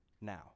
now